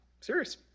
Serious